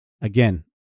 again